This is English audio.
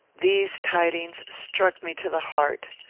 these tidings struck me to the heart.